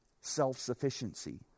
self-sufficiency